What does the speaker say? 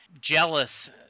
jealous